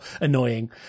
annoying